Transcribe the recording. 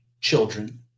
children